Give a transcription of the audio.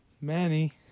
Manny